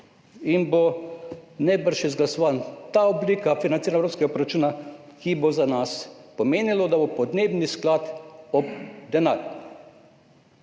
in bo najbrž izglasovana ta oblika financiranja evropskega proračuna, kar bo za nas pomenilo, da bo podnebni sklad ob denar.